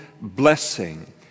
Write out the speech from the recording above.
blessing